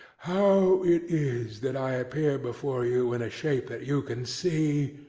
how it is that i appear before you in a shape that you can see,